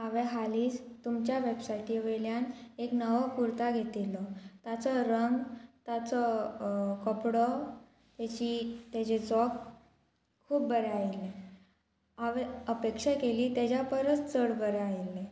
हांवें हालींच तुमच्या वेबसायटी वयल्यान एक नवो कुर्ता घेतिल्लो ताचो रंग ताचो कपडो तेची तेजें जोक खूब बरें आयिल्ले हांवें अपेक्षा केली तेज्या परस चड बरें आयिल्लें